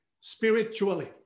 spiritually